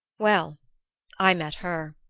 well i met her.